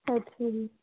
okay ਜੀ